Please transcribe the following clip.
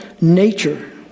nature